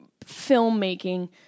filmmaking